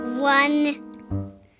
One